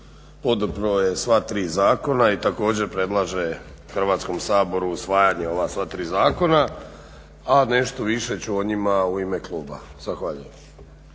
podržao je sva 3 zakona i također predlaže Hrvatskom saboru usvajanje ova sva 3 zakona, a nešto više ću o njima u ime kluba. Zahvaljujem.